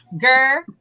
Girl